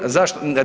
Zašto?